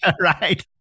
right